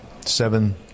Seven